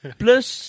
plus